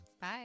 Bye